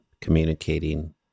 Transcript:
communicating